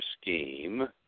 scheme